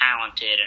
talented